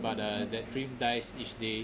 but uh that dream dies each day